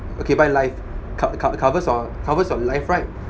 okay you buy life c~ c~ covers covers your life right